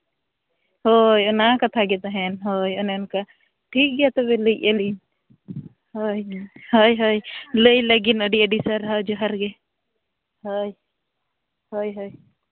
ᱦᱳᱭ ᱚᱱᱟ ᱠᱟᱛᱷᱟ ᱜᱮ ᱛᱟᱦᱮᱱ ᱦᱳᱭ ᱚᱱᱮ ᱚᱱᱠᱟ ᱴᱷᱤᱠ ᱜᱮᱭᱟ ᱞᱟᱹᱭᱮᱫᱼᱟ ᱞᱤᱧ ᱦᱳᱭ ᱦᱳᱭ ᱦᱳᱭ ᱞᱟᱹᱭ ᱞᱟᱹᱜᱤᱫ ᱟᱹᱰᱤ ᱟᱹᱰᱤ ᱥᱟᱨᱦᱟᱣ ᱡᱚᱦᱟᱨ ᱜᱮ ᱦᱳᱭ ᱦᱳᱭ ᱦᱳᱭ